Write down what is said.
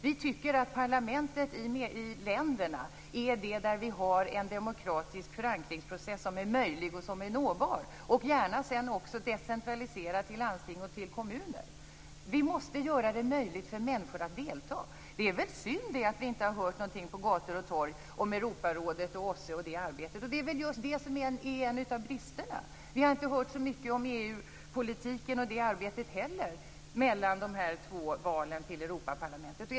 Vi tycker att parlamentet i länderna skall utgöra en demokratisk förankringsprocess som är möjlig och nåbar, gärna också decentraliserad till landsting och kommuner. Vi måste göra det möjligt för människor att delta. Det är väl synd att vi inte har hört någonting på gator och torg om Europarådet, OSSE och deras arbete. Det som är just en av bristerna är att vi inte heller har hört så mycket om EU-politiken och det arbetet mellan de två valen till Europaparlamentet.